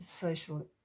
social